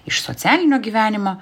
iš socialinio gyvenimo